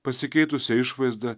pasikeitusia išvaizda